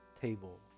table